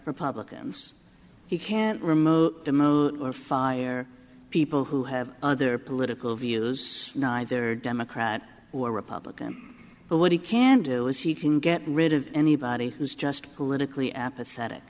republicans he can't remove or fire people who have other political views they're democrat or republican but what he can do is he can get rid of anybody who's just politically apathetic